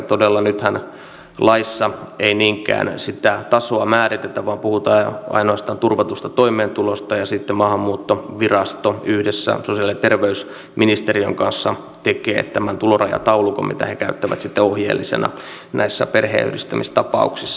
todella nythän laissa ei niinkään sitä tasoa määritetä vaan puhutaan ainoastaan turvatusta toimeentulosta ja sitten maahanmuuttovirasto yhdessä sosiaali ja terveysministeriön kanssa tekee tämän tulorajataulukon mitä he käyttävät sitten ohjeellisena näissä perheenyhdistämistapauksissa